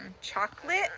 chocolate